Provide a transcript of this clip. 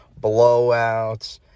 blowouts